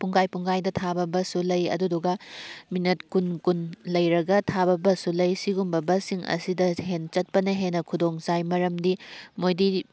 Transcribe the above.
ꯄꯨꯡꯈꯥꯏ ꯄꯨꯡꯈꯥꯏꯗ ꯊꯥꯕ ꯕꯁꯁꯨ ꯂꯩ ꯑꯗꯨꯗꯨꯒ ꯃꯤꯅꯠ ꯀꯨꯟ ꯀꯨꯟ ꯂꯩꯔꯒ ꯊꯥꯕ ꯕꯁꯁꯨ ꯂꯩ ꯁꯤꯒꯨꯝꯕ ꯕꯁꯁꯤꯡ ꯑꯁꯤꯗ ꯆꯠꯄꯅ ꯍꯦꯟꯅ ꯈꯨꯗꯣꯡꯆꯥꯏ ꯃꯔꯝꯗꯤ ꯃꯣꯏꯗꯤ